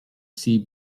sea